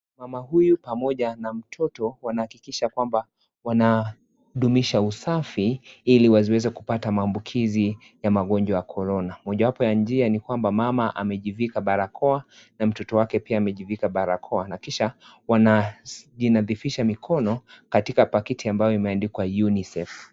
Mama huyu pamoja na mtoto wanahakikisha kwamba wanadumisha usafi ili wasiweze kupata maambukizi ya magonjwa ya korona, mmojawapo ya njia ni kwamba mama amejifika barakoa, na mtoto wake pia amejifika barakoa, na kisha wanajinadhifisha mikono Katika paketi amabayo imeandikwa UNICEF .